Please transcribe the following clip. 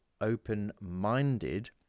open-minded